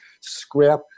scrap